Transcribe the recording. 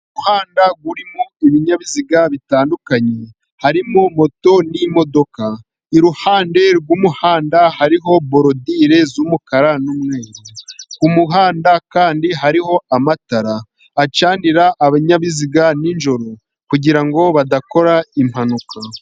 Umuhanda urimo ibinyabiziga bitandukanye harimo moto n'imodoka, iruhande rw'umuhanda hariho borodire z'umukara n'umweru. Ku muhanda kandi hariho amatara acanira ibinyabiziga nijoro, kugira ngo badakora impanuka.